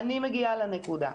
אני עכשיו מגיעה לנקודה.